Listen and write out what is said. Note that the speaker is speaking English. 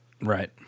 right